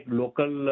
local